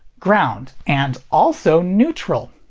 ground. and also neutral!